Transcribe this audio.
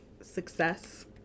success